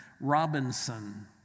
Robinson